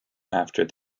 after